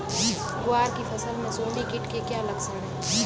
ग्वार की फसल में सुंडी कीट के क्या लक्षण है?